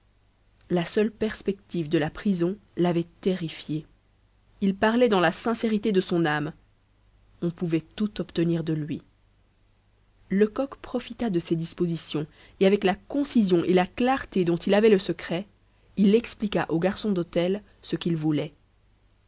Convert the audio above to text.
la seule perspective de la prison l'avait terrifié il parlait dans la sincérité de son âme on pouvait tout obtenir de lui lecoq profita de ces dispositions et avec la concision et la clarté dont il avait le secret il expliqua au garçon d'hôtel ce qu'il voulait